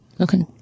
Okay